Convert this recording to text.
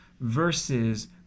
Versus